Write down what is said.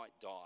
die